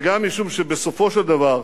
וגם משום שבסופו של דבר,